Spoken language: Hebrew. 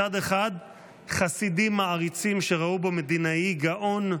מצד אחד חסידים מעריצים שראו בו מדינאי גאון,